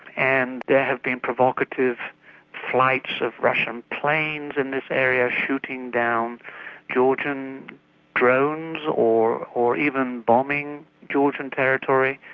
and there have been provocative flights of russian planes in this area, shooting down georgian drones, or or even bombing georgian territory,